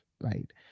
right